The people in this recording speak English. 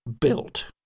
built